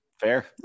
Fair